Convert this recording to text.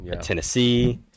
Tennessee